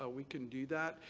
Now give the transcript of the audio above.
ah we can do that,